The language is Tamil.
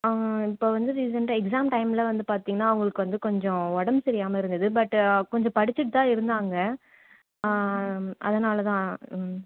இப்போ வந்து ரிசண்ட்டாக எக்ஸாம் டைமில் வந்து பார்த்தீங்கன்னா அவங்களுக்கு வந்து கொஞ்சம் உடம்பு சரியாகாம இருந்தது பட்டு கொஞ்சம் படிச்சுட்டு தான் இருந்தாங்க அதனால் தான்